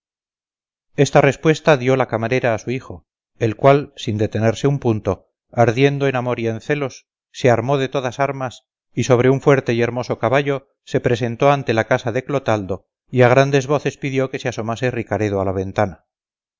esta respuesta dio la camarera a su hijo el cual sin detenerse un punto ardiendo en amor y en celos se armó de todas armas y sobre un fuerte y hermoso caballo se presentó ante la casa de clotaldo y a grandes voces pidió que se asomase ricaredo a la ventana